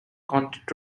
content